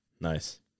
Nice